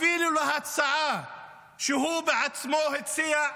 אפילו להצעה שהוא בעצמו הציע,